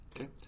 Okay